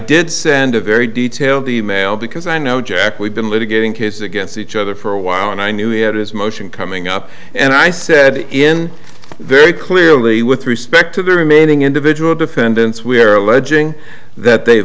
did send a very detailed e mail because i know jack we've been litigating cases against each other for a while and i knew he had his motion coming up and i said in very clearly with respect to the remaining individual defendants we are alleging that they